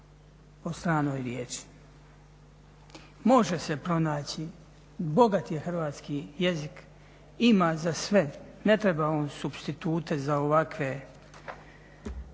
po stranoj riječi. Može se pronaći, bogat je hrvatski jezik, ima za sve. Ne treba on supstitute za ovakve